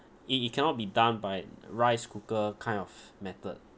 it it cannot be done by rice cooker kind of method